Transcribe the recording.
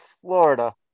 Florida